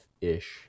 ish